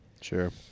Sure